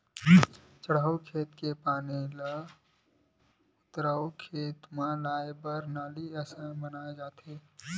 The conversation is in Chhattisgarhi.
चड़हउ खेत के पानी ह उतारू के खेत म लाए बर नाली असन बनाए जाथे